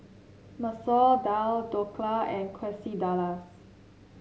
Masoor Dal Dhokla and Quesadillas